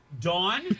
Dawn